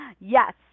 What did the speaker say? Yes